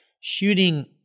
shooting